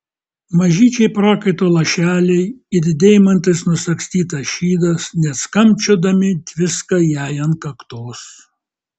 mažyčiai prakaito lašeliai it deimantais nusagstytas šydas net skambčiodami tviska jai ant kaktos